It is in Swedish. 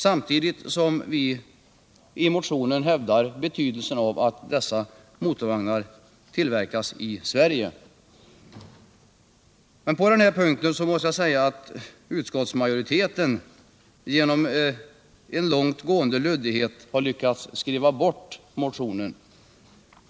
Samtidigt har vi i motionen hävdat betydelsen av att dessa motorvagnar tillverkas i Sverige. Men på den här punkten måste jag säga att utskottsmajoriteten genom en långt gående luddighet har lyckats skriva bort motionen.